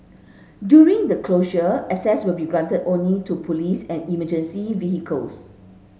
during the closure access will be granted only to police and emergency vehicles